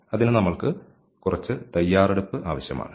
അതിന് നമ്മൾക്ക് കുറച്ച് തയ്യാറെടുപ്പ് ആവശ്യമാണ്